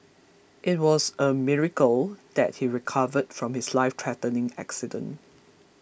it was a miracle that he recovered from his lifethreatening accident